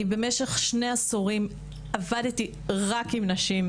במשך שני עשורים עבדתי רק עם נשים,